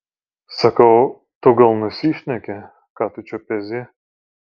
sakau tu gal nusišneki ką tu čia pezi